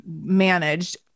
managed